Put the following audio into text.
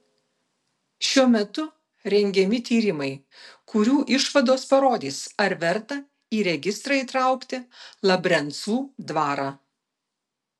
šiuo metu rengiami tyrimai kurių išvados parodys ar verta į registrą įtraukti labrencų dvarą